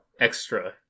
Extra